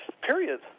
Period